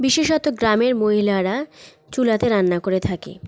বিশেষত গ্রামের মহিলারা চুলাতে রান্না করে থাকে